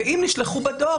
ואם נשלחו בדואר,